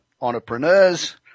entrepreneurs